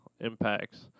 impacts